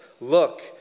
Look